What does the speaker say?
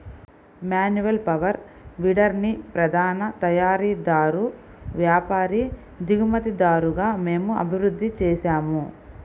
manual power వీడర్ని ప్రధాన తయారీదారు, వ్యాపారి, దిగుమతిదారుగా మేము అభివృద్ధి చేసాము